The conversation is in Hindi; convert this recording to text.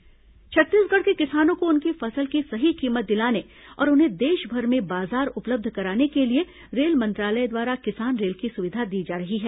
किसान रेल छत्तीसगढ़ के किसानों को उनकी फसल की सही कीमत दिलाने और उन्हें देशभर में बाजार उपलब्ध कराने के लिए रेल मंत्रालय द्वारा किसान रेल की सुविधा दी जा रही है